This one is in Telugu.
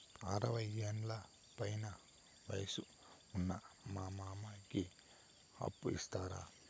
అరవయ్యేండ్ల పైన వయసు ఉన్న మా మామకి అప్పు ఇస్తారా